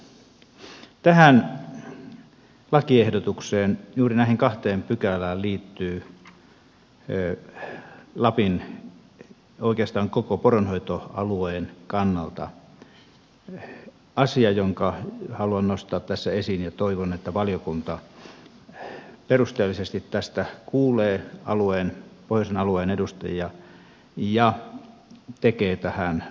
tähän lakiehdotukseen juuri näihin kahteen pykälään liittyy lapin oikeastaan koko poronhoitoalueen kannalta asia jonka haluan nostaa tässä esiin ja toivon että valiokunta perusteellisesti tästä kuulee pohjoisen alueen edustajia ja tekee tähän muutoksen